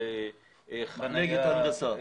על חניה.